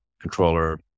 controller